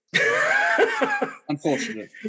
Unfortunately